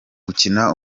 gukina